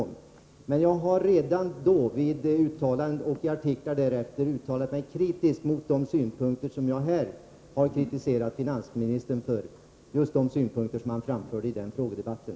Men redan då och i artiklar därefter har jag uttalat mig kritiskt mot de synpunkter som finansministern framförde i frågedebatten.